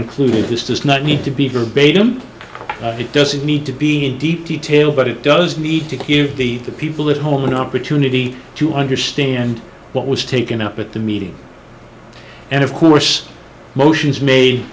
included this does not need to be verbatim it doesn't need to be in deep detail but it does need to give the the people at home an opportunity to understand what was taken up at the meeting and of course motions ma